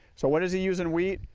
so what does he use in wheat,